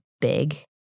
big